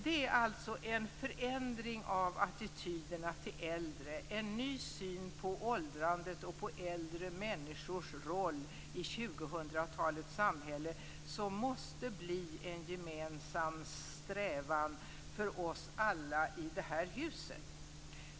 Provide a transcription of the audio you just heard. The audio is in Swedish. Det är alltså en förändring av attityderna till äldre, en ny syn på åldrandet och på äldre människors roll i 2000-talets samhälle som måste bli en gemensam strävan för oss alla i det här huset.